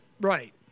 Right